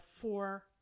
four